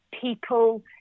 People